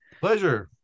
Pleasure